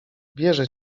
wierzę